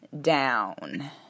down